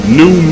new